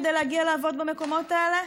כדי להגיע לעבוד במקומות האלה?